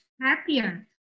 happier